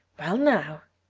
well now,